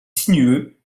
sinueux